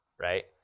right